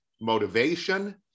motivation